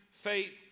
Faith